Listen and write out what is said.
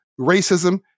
racism